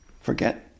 Forget